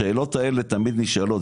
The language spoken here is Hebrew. השאלות האלה תמיד נשאלות,